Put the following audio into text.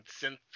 synth